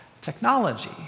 technology